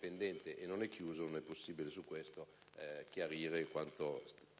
pendente non sarà chiuso, non sarà possibile chiarire quanto